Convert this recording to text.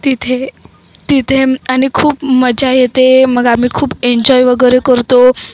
तिथे तिथे आणि खूप मजा येते मग आम्ही खूप एन्जॉय वगैरे करतो